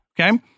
Okay